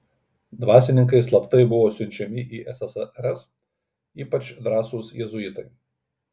dvasininkai slaptai buvo siunčiami į ssrs ypač drąsūs jėzuitai